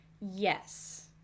Yes